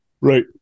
right